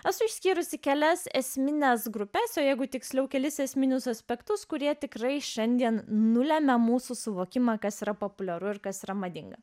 esu išskyrusi kelias esmines grupes o jeigu tiksliau kelis esminius aspektus kurie tikrai šiandien nulemia mūsų suvokimą kas yra populiaru ir kas yra madinga